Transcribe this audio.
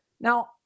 now